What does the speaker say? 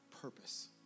purpose